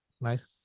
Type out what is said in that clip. Nice